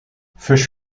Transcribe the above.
fish